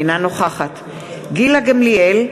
אינה נוכחת גילה גמליאל,